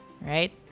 Right